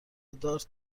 دارت